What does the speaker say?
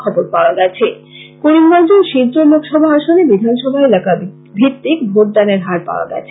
এদিকে করিমগঞ্জ ও শিলচর লোকসভা আসনে বিধানসভা এলাকা ভিত্তিক ভোটদানের হার পাওয়া গেছে